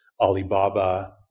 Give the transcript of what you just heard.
Alibaba